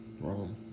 wrong